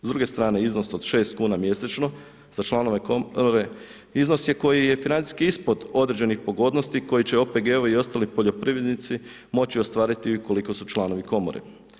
S druge strane iznos od 6kn mjesečno za članove komore iznos je koji je financijski ispod određenih pogodnosti koje će OGP-ovi i ostali poljoprivrednosti moći ostvariti ukoliko su članovi komore.